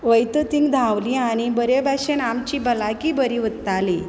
वयता थिंग धावली आनी बरें भाशेन आमची भलायकी बरी उरताली